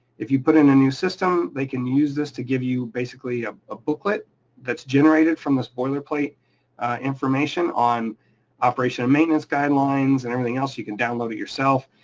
if you put in a new system, they can use this to give you basically ah a booklet that's generated from this boilerplate information on operation and maintenance guidelines and everything else, you can download it yourself.